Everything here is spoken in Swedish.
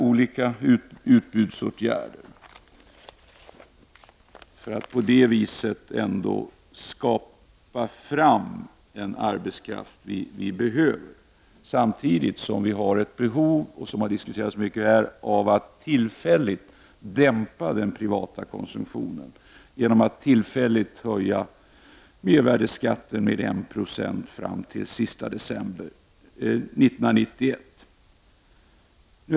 Det behövs åtgärder för att öka utbudet på arbetskraft, samtidigt som det finns ett behov av att dämpa den privata konsumtionen genom att tillfälligt höja mervärdeskatten med 1 96 fram till den 31 december 1991.